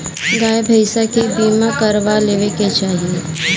गाई भईसा के बीमा करवा लेवे के चाही